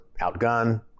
outgunned